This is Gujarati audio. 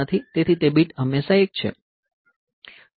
તેથી તે બીટ હંમેશા 1 છે